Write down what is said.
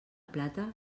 plata